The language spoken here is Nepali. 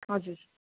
हजुर